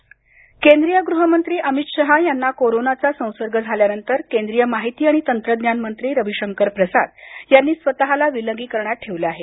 अमित शहा केंद्रीय गृहमंत्री अमित शाह यांना कोरोनाचा संसर्ग झाल्यानंतर केंद्रीय माहिती तंत्रज्ञान मंत्री रविशंकर प्रसाद यांनी स्वतःला विलगीकरणात ठेवल आहे